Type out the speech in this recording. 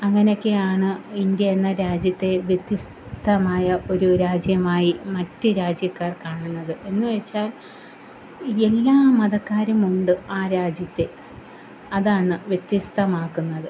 അങ്ങനെ ഒക്കെയാണ് ഇന്ത്യ എന്ന രാജ്യത്തെ വ്യത്യസ്തമായ ഒരു രാജ്യമായി മറ്റു രാജ്യക്കാര് കാണുന്നത് എന്നുവെച്ചാല് എല്ലാ മതക്കാരുമുണ്ട് ആ രാജ്യത്തെ അതാണ് വ്യത്യസ്തമാക്കുന്നത്